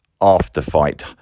after-fight